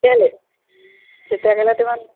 কেলৈ তিতা কেৰেলাটো ইমান